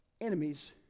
enemies